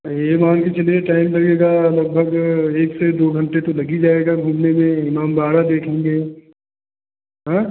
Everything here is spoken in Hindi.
ये मानकर चलिए टाइम लगेगा लगभग एक से दो घंटे तो लग ही जायेगा घूमने में इमामबाड़ा देखेंगे हाँ